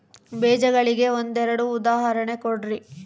ಬೇಜಗಳಿಗೆ ಒಂದೆರಡು ಉದಾಹರಣೆ ಕೊಡ್ರಿ?